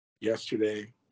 yesterday